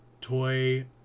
toy